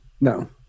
no